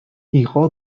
იყო